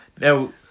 now